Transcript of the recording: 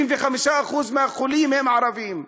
25% מהחולים הם ערבים.